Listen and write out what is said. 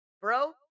bro